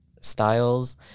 styles